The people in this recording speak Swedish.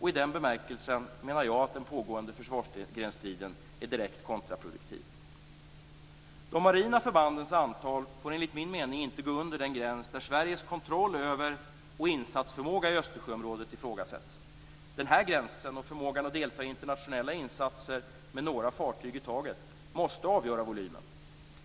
I den bemärkelsen menar jag att den pågående försvarsgrensstriden är direkt kontraproduktiv. De marina förbandens antal får enligt min mening inte underskrida den gräns där Sveriges kontroll över och insatsförmåga i Östersjöområdet ifrågasätts. Denna gräns och förmågan att delta i internationella insatser med några fartyg i taget måste avgöra volymen.